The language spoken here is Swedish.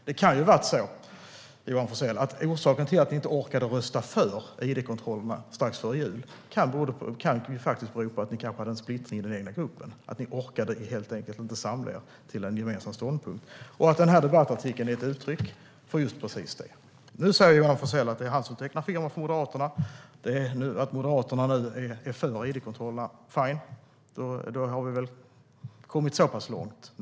Det kan ha varit så att orsaken till att ni inte orkade rösta för id-kontrollerna strax före jul var att ni hade en splittring i den egna gruppen och inte orkade samla er till en gemensam ståndpunkt. Debattartikeln var kanske ett uttryck för just det. Johan Forssell säger att det är han som tecknar firma för Moderaterna och att Moderaterna nu är för id-kontrollerna. Fine, då har vi kommit så långt.